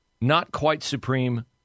not-quite-supreme